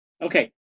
Okay